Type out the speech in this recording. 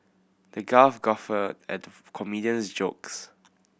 the guffawed at the comedian's jokes